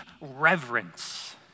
reverence